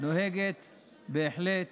נוהגת בהחלט